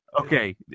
Okay